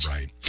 Right